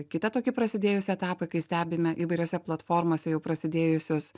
kitą tokį prasidėjusį etapą kai stebime įvairiose platformose jau prasidėjusius